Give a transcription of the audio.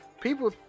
People